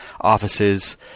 offices –